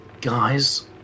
Guys